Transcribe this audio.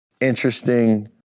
interesting